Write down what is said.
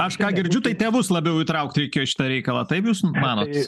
aš ką girdžiu tai tėvus labiau įtraukt šitą reikalą taip jūs manot